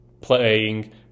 playing